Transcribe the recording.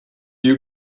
you